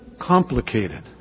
complicated